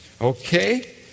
Okay